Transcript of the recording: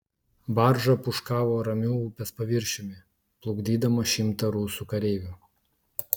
barža pūškavo ramiu upės paviršiumi plukdydama šimtą rusų kareivių